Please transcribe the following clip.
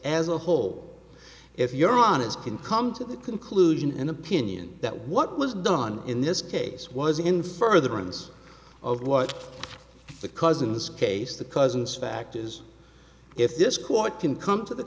as a whole if you're honest can come to the conclusion in opinion that what was done in this case was in furtherance of what the cousin's case the cousins fact is if this court can come to the